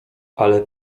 ale